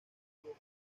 amigo